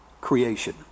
creation